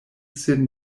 sin